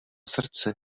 srdce